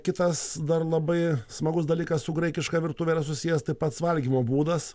kitas dar labai smagus dalykas su graikiška virtuve yra susijęs tai pats valgymo būdas